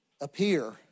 Appear